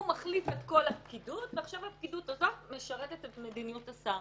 הוא מחליף את כל הפקידות ועכשיו הפקידות הזאת משרתת את מדיניות השר.